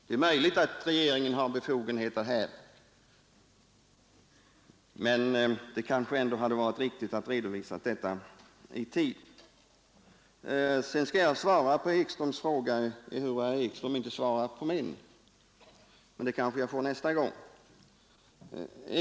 Det är möjligt att regeringen har sådana befogenheter, men det kanske ändå hade varit riktigt att redovisa detta i tid. Jag skall svara på herr Ekströms fråga, ehuru herr Ekström inte svarade på min — det kanske han gör nästa gång.